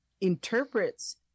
interprets